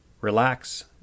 relax